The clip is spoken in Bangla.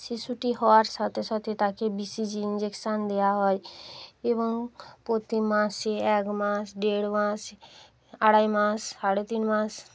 শিশুটি হওয়ার সাথে সাথে তাকে বিশেষ ইনজেকশান দেওয়া হয় এবং প্রতিমাসে এক মাস দেড় মাস আড়াই মাস সাড়ে তিন মাস